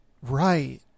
Right